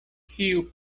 kiu